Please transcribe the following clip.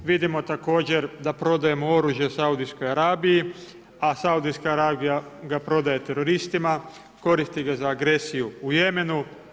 Vidimo također da prodajemo oružje Saudijskoj Arabiji, a Saudijska Arabija ga prodaje teroristima, koristi ga za agresiju u Jemenu.